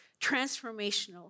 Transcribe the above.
transformational